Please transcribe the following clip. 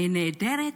האם נעדרת?